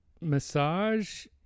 massage